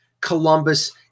Columbus